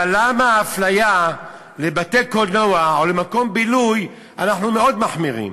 אבל למה באפליה לבתי-קולנוע או למקום בילוי אנחנו מאוד מחמירים,